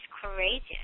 courageous